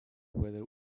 whether